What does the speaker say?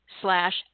Slash